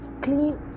clean